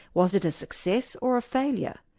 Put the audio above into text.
was it a success or a failure?